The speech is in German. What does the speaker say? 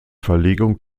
verlegung